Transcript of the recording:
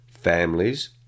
families